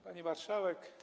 Pani Marszałek!